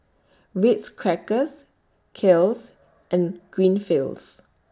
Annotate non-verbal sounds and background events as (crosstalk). Ritz Crackers Kiehl's (noise) and Greenfields